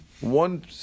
one